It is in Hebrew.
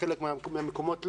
בחלק מהמקומות לא.